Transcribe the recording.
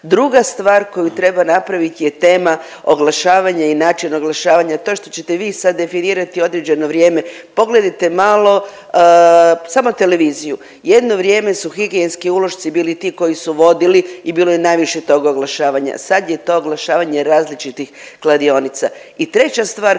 Druga stvar koju treba napraviti je tema oglašavanje i način oglašavanja. To što ćete vi sad definirati određeno vrijeme pogledajte malo samo televiziju. Jedno vrijeme su higijenski ulošci ti koji su vodili i bilo je najviše tog oglašavanja. Sad je to oglašavanje različitih kladionica.